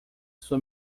sua